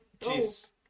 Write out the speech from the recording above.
Jeez